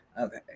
Okay